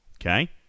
Okay